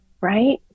right